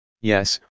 Yes